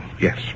yes